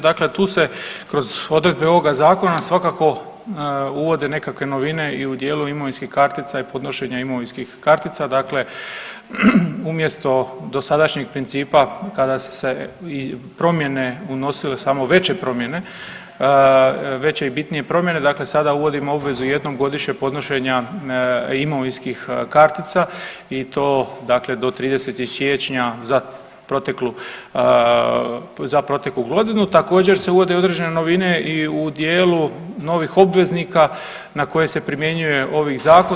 Dakle, tu se kroz odredbe ovog zakona svakako uvode neke novine i u dijelu imovinskih kartica i podnošenja imovinskih kartica, dakle umjesto dosadašnjeg principa kada su se promjene unosile samo veće promjene, veće i bitnije promjene dakle sada uvodimo obvezu jednom godišnjeg podnošenja imovinskih kartica i to do 30. siječnja za proteklu godinu, također se uvode i određene novine i u dijelu novih obveznika na koje se primjenjuje ovi zakon.